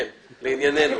כן, לעניינינו.